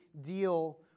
deal